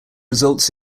results